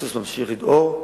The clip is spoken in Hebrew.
הסוס ממשיך לדהור,